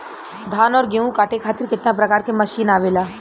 धान और गेहूँ कांटे खातीर कितना प्रकार के मशीन आवेला?